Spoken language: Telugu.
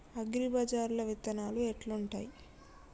అగ్రిబజార్ల విత్తనాలు ఎట్లుంటయ్?